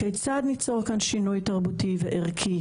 כיצד ניצור כאן שינוי תרבותי וערכי,